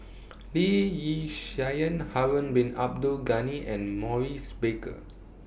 Lee Yi Shyan Harun Bin Abdul Ghani and Maurice Baker